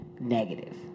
negative